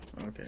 Okay